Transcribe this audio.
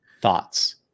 thoughts